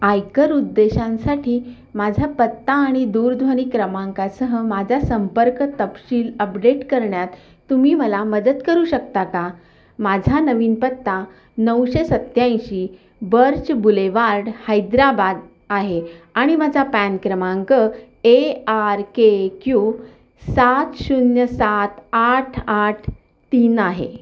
आयकर उद्देशांसाठी माझा पत्ता आणि दूरध्वनी क्रमांकासह माझा संपर्क तपशील अपडेट करण्यात तुम्ही मला मदत करू शकता का माझा नवीन पत्ता नऊशे सत्याऐंशी बर्च बुलेवार्ड हैद्राबाद आहे आणि माझा पॅन क्रमांक ए आर के क्यू सात शून्य सात आठ आठ तीन आहे